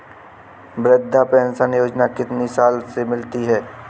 वृद्धा पेंशन योजना कितनी साल से मिलती है?